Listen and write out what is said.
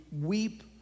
weep